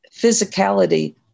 physicality